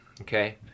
okay